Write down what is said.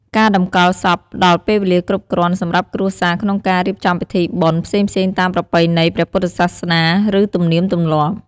ការតម្កល់សពផ្តល់ពេលវេលាគ្រប់គ្រាន់សម្រាប់គ្រួសារក្នុងការ រៀបចំពិធីបុណ្យ ផ្សេងៗតាមប្រពៃណីព្រះពុទ្ធសាសនា ឬទំនៀមទម្លាប់។